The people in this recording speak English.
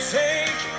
take